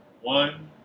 one